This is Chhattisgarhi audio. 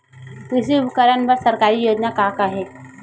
कृषि उपकरण बर सरकारी योजना का का हे?